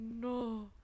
no